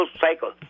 cycle